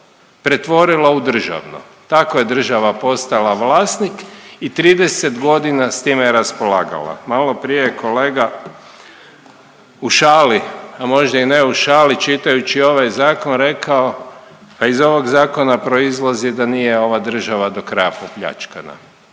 pretvorila u državno, tako je država postala vlasnik i 30 godina s time raspolagala. Maloprije je kolega u šali, a možda i ne u šali, čitajući ovaj zakon rekao, pa iz ovog zakona proizlazi da nije ova država do kraja popljačkana.